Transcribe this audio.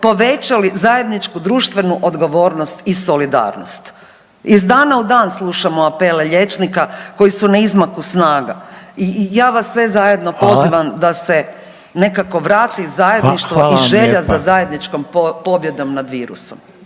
povećali zajedničku društvenu odgovornost i solidarnost. Iz dana u dan slušamo apele liječnika koji su na izmaku snaga i ja vas sve zajedno pozivam…/Upadica: Hvala/…da se nekako vrati zajedništvo i želja za zajedničkom pobjedom nad virusom.